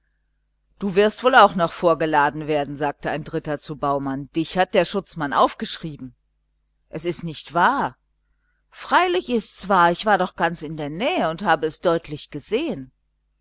du wirst wohl auch noch vorgeladen werden sagte ein dritter zu baumann dich hat der schutzmann aufgeschrieben es ist nicht wahr freilich ist's wahr ich war doch noch ganz in der nähe und habe es deutlich gesehen